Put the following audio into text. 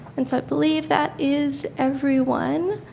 and so i believe that is everyone.